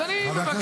אז אני מבקש,